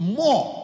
more